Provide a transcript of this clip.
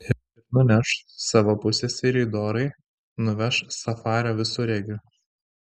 ir nuneš savo pusseserei dorai nuveš safario visureigiu